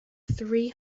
three